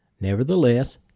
Nevertheless